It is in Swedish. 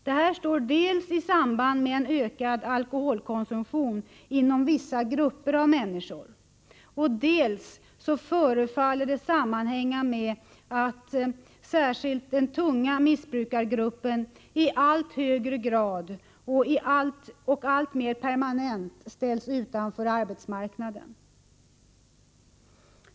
Detta står dels i samband med en ökad alkoholkonsumtion inom vissa grupper av människor, dels förefaller det sammanhänga med att särskilt den tunga missbrukargruppen i allt högre grad och alltmer permanent ställs utanför arbetsmarknaden.